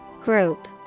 Group